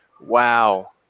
Wow